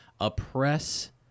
oppress